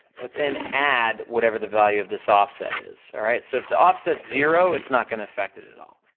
but then add whatever the value of this offset is, alright? so if the offset's zero, it's not gonna effect it at all.